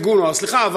ארגון נוער, סליחה.